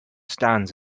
stands